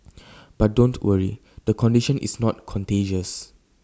but don't worry the condition is not contagious